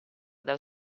dal